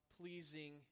pleasing